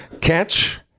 Catch